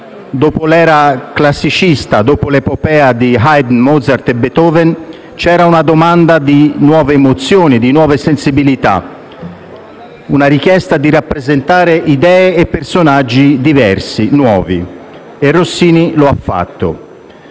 Dopo l'era classicista, dopo l'epopea di Haydn, Mozart e Beethoven, c'era una domanda di nuove emozioni, di nuove sensibilità; una richiesta di rappresentare idee e personaggi diversi, nuovi, e Rossini lo ha fatto,